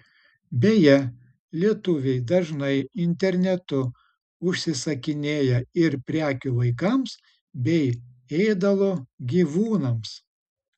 beje lietuviai dažnai internetu užsisakinėja ir prekių vaikams bei ėdalo gyvūnams